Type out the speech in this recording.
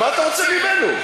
מה אתה רוצה ממנו?